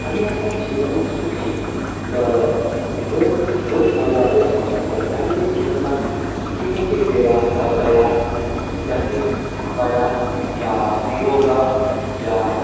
हामी आफ्नो जीवन सुखी र रोग रोग नलागोस् भन्नका लागि हामीले जीवनमा केही न केही ब्याव व्यायाम या फिर व्यायाम या योगा या